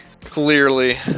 clearly